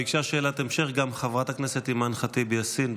ביקשה שאלת המשך גם חברת הכנסת אימאן ח'טיב יאסין.